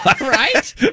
Right